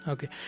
Okay